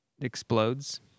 explodes